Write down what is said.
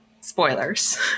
spoilers